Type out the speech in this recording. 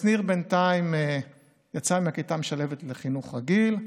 שניר יצא בינתיים מהכיתה המשלבת לחינוך רגיל,